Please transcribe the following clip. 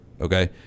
Okay